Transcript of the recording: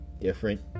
different